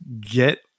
get